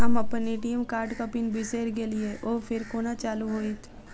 हम अप्पन ए.टी.एम कार्डक पिन बिसैर गेलियै ओ फेर कोना चालु होइत?